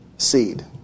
seed